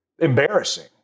Embarrassing